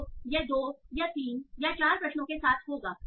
तो यह 2 या 3 या चार प्रश्नों के साथ होगा